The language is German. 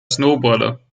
snowboarder